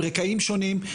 עם רקעים שונים.